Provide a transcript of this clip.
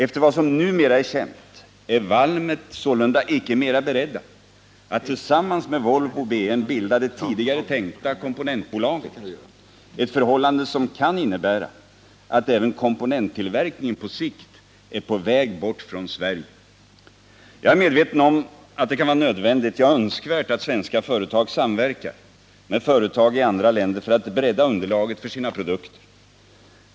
Efter vad som numera är känt är man på Valmet icke beredd att tillsammans med Volvo BM bilda det tidigare tänkta komponentbolaget. Detta förhållande kan innebära att även komponenttillverkningen på sikt är på väg bort från Sverige. Jag är medveten om att det kan vara nödvändigt, ja önskvärt att svenska företag samverkar med företag i andra länder för att bredda underlaget för sina produkter.